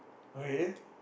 okay